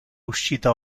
uscita